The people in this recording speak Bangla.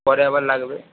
পরে আবার লাগবে